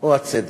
או הצדק?